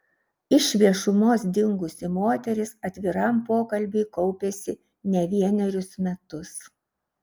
iš viešumos dingusi moteris atviram pokalbiui kaupėsi ne vienerius metus